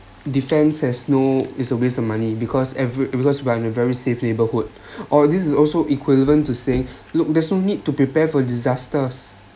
defence has no is a waste of money because every because when we're in a very safe neighborhood or this is also equivalent to say look there's no need to prepare for disasters